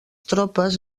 tropes